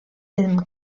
ilm